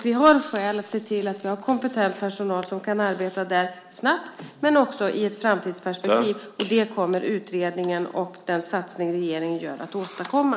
Vi har skäl att se till att ha kompetent personal som kan arbeta där - snabbt men också i ett framtidsperspektiv. Det kommer utredningen och den satsning som regeringen gör att åstadkomma.